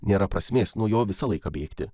nėra prasmės nuo jo visą laiką bėgti